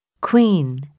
queen